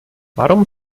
warum